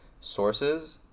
sources